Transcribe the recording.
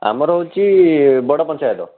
ଆମର ହେଉଛି ବଡ଼ ପଞ୍ଚାୟତ